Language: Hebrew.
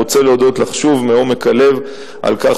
אני רוצה להודות לך שוב מעומק הלב על כך